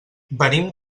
venim